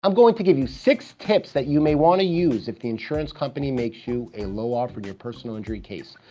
i'm going to give you six tips that you may wanna use if the insurance company makes you a low offer in your personal injury case.